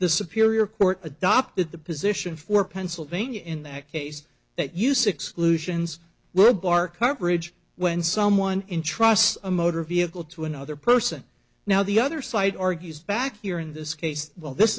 the superior court adopted the position for pennsylvania in that case that use exclusions lebar coverage when someone in trusts a motor vehicle to another person now the other side argues back here in this case while this